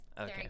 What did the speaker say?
Okay